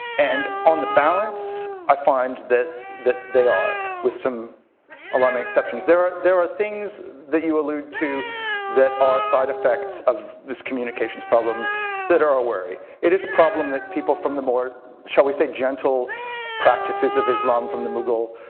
and on the balance, i find that that they are, with some alarming exceptions. there are there are things that you allude to that are side effects of this communications problem that are a worry. it is a problem that people from the more, shall we say gentle practices of islam from the mughal